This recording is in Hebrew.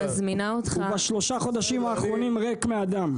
בשלושת החודשים האחרונים הוא ריק מאדם.